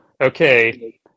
okay